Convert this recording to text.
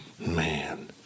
Man